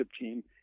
team